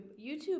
YouTube